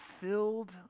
filled